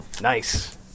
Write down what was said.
Nice